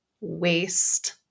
waste